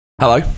Hello